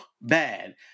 bad